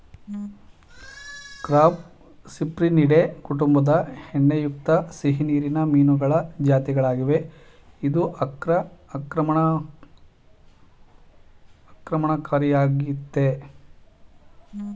carp Cyprinidae ಕುಟುಂಬದ ಎಣ್ಣೆಯುಕ್ತ ಸಿಹಿನೀರಿನ ಮೀನುಗಳ ಜಾತಿಗಳಾಗಿವೆ ಇದು ಆಕ್ರಮಣಕಾರಿಯಾಗಯ್ತೆ